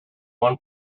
one